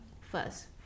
first